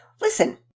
Listen